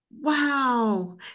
Wow